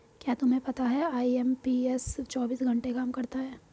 क्या तुम्हें पता है आई.एम.पी.एस चौबीस घंटे काम करता है